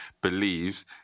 believes